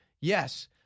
Yes